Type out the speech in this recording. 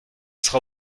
sera